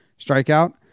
strikeout